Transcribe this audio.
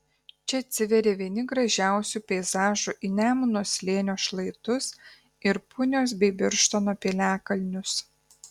čia atsiveria vieni gražiausių peizažų į nemuno slėnio šlaitus ir punios bei birštono piliakalnius